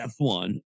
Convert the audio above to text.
F1